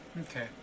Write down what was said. okay